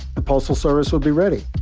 the postal service will be ready.